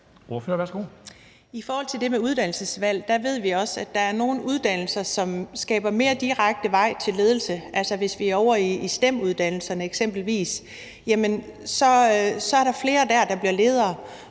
I forhold til det med uddannelsesvalg ved vi også, at der er nogle uddannelser, som skaber en mere direkte vej til ledelse. Altså, hvis vi eksempelvis er ovre i STEM-uddannelserne, er der flere dér, der bliver ledere,